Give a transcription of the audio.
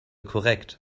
korrekt